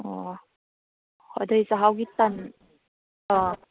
ꯑꯣ ꯑꯗꯨꯗꯤ ꯆꯥꯛꯍꯥꯎꯒꯤ ꯇꯟ ꯑꯣ